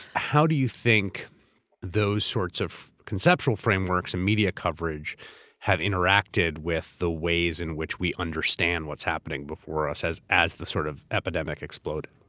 how do you think those sorts of conceptual frameworks and media coverage have interacted with the ways in which we understand what's happening before us as as the sort of epidemic exploded?